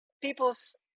people's